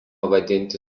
vadinti